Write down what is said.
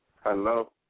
Hello